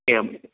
एवम्